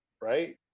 right